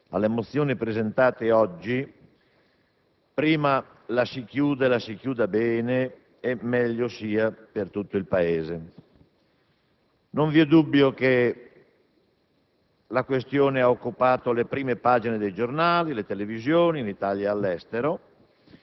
credo che la questione che attiene alle mozioni presentate oggi prima si chiude - e la si chiuda bene -, meglio sia per tutto il Paese. La questione